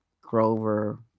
Grover